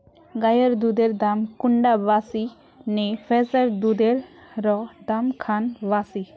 गायेर दुधेर दाम कुंडा बासी ने भैंसेर दुधेर र दाम खान बासी?